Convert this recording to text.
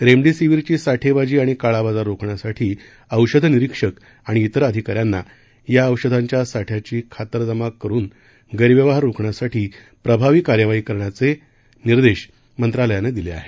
रेमडेसिवीरची साठेबाजी आणि काळाबाजार रोखण्यासाठी औषध निरिक्षक आणि त्त्रिर अधिकाऱ्यांना या औषधांच्या साठ्याची खात्री जमा करुन गृख्यवहार रोखण्यासाठी प्रभावी कारवाई करण्याचे निर्देश मंत्रालयानं दिले आहेत